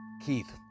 Keith